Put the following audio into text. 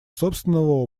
собственного